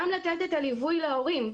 גם מתן ליווי להורים.